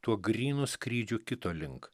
tuo grynu skrydžiu kito link